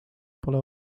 pole